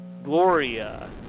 Gloria